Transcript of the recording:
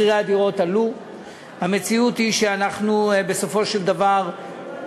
המציאות היא שמחירי הדירות עלו,